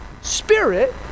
Spirit